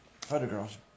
photographs